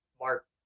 mark